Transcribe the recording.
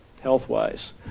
health-wise